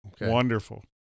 Wonderful